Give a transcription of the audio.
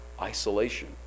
isolation